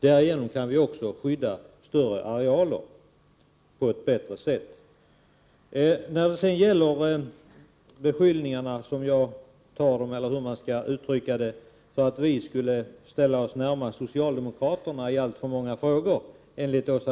Därigenom kan vi också skydda större arealer på ett bättre sätt. Enligt Åsa Domeijs uppfattning — eller beskyllningar — skulle vi ställa oss alltför nära socialdemokraterna i alltför många frågor.